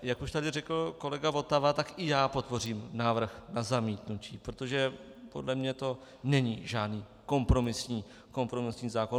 Jak už tady řekl kolega Votava, tak i já podpořím návrh na zamítnutí, protože podle mě to není žádný kompromisní zákon.